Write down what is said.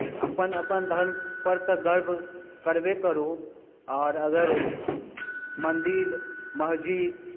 अपन अपन धर्मपर तऽ गर्व करबे करू आओर अगर मन्दिर मस्जिद